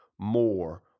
More